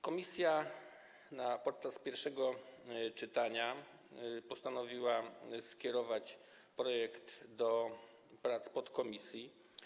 Komisja podczas pierwszego czytania postanowiła skierować projekt do prac w podkomisji.